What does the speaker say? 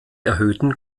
erhöhten